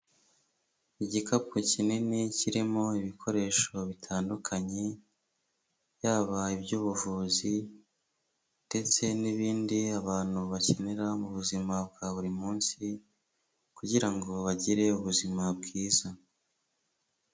Igikapu kinini kirimo ibikoresho bitandukanye byaba iby'ubuvuzi ndetse n'ibindi abantu bakenera mu buzima bwa buri munsi kugira ngo bagire ubuzima bwiza.